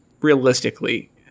realistically